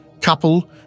Couple